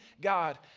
God